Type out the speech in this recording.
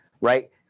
right